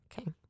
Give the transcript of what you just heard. Okay